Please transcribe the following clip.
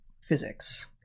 physics